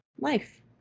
life